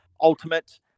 Ultimate